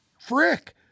frick